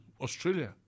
Australia